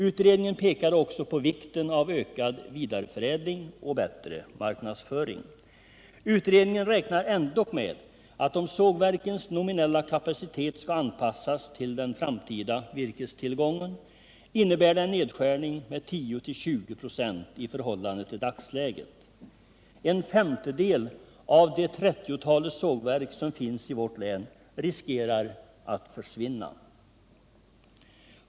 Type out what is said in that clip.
Utredningen pekade också på vikten av ökad vidareförädling och bättre marknadsföring. Utredningen räknar ändå med att om sågverkens nominella kapacitet skall anpassas till den framtida virkestillgången innebär det en nedskärning med 10-20 96 i förhållande till dagsläget. Det är risk för att en femtedel av det tretiotal sågverk som finns i vårt län skall försvinna.